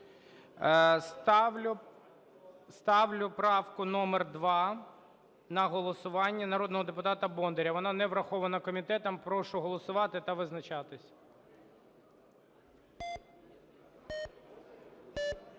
Ставлю правку номер 2 на голосування народного депутата Бондаря. Вона не врахована комітетом. Прошу голосувати та визначатися.